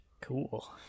Cool